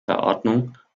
verordnung